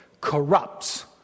corrupts